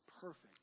perfect